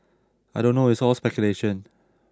I don't know it's all speculation